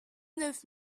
neuf